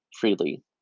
freely